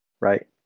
right